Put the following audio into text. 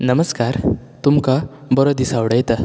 नमस्कार तुमकां बरो दीस आंवडयता